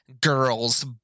girls